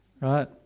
Right